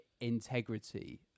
integrity